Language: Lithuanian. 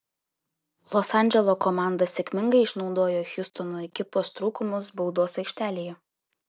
los andželo komanda sėkmingai išnaudojo hjustono ekipos trūkumus baudos aikštelėje